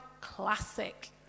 Classic